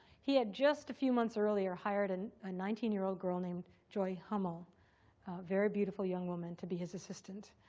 he had just a few months earlier hired and a nineteen year old girl named joy hummel, a very beautiful young woman, to be his assistant.